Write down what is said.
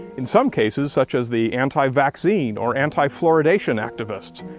in some cases, such as the anti-vaccine or anti-fluoridation activists,